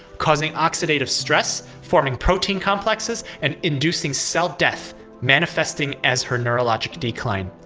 causing oxidative stress, forming protein complexes, and inducing cell death manifesting as her neurologic decline.